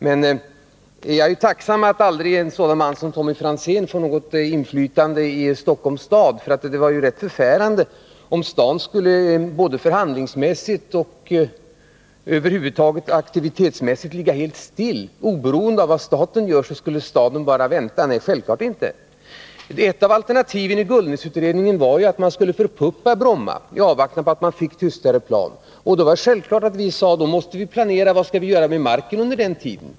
Men jag är tacksam att en sådan man som Tommy Franzén aldrig får något inflytande i Stockholms kommun, för det vore ju rätt förfärande om kommunen skulle förhandlingsmässigt och över huvud taget aktivitetsmässigt ligga helt still — oberoende av vad staten gör skulle kommunen bara vänta. Självfallet inte! Ett av alternativen i Gullnäsutredningen var ju att man skulle förpuppa Bromma i avvaktan på att man fick tystare plan. Då var det självklart att vi sade: Vi måste planera vad vi skall göra med marken under den tiden.